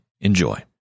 Enjoy